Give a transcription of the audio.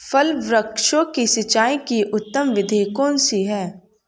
फल वृक्षों की सिंचाई की उत्तम विधि कौन सी है?